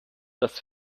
das